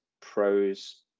pros